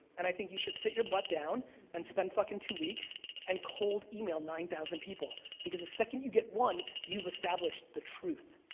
and i think you should sit your butt down and spend fucking two weeks and cold email nine thousand people because the second you get one you've established the truth.